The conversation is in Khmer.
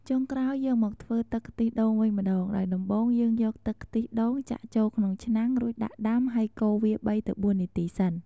ចុងក្រោយយើងមកធ្វើទឹកខ្ទះដូងវិញម្តងដោយដំបូងយើងយកទឹកខ្ទះដូងចាក់ចូលក្នុងឆ្នាំងរួចដាក់ដាំហើយកូរវា ៣ ទៅ ៤ នាទីសិន។